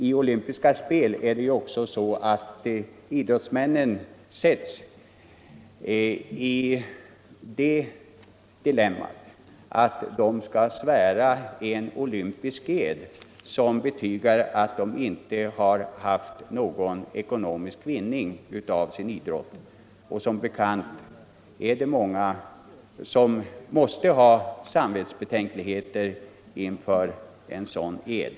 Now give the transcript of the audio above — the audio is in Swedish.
I olympiska spelen försätts ju idrottsmännen i det dilemmat att de skall svära en olympisk ed att de inte har haft någon ekonomisk vinning av sin idrott. Som bekant är det många som måste ha samvetsbetänkligheter inför en sådan ed.